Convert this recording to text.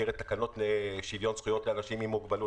במסגרת תקנות לשוויון זכויות לאנשים עם מוגבלות,